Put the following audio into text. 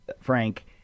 Frank